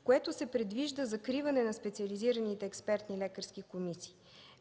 с което се предвижда закриване на специализираните експертни лекарски комисии.